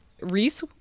Reese